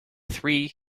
three